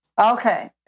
Okay